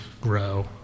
grow